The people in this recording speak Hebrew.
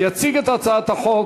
תציג את הצעת החוק